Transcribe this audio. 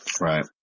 right